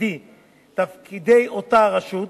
תפקידי אותה הרשות,